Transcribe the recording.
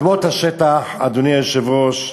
אדמות השטח, אדוני היושב-ראש,